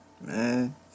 Man